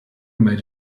made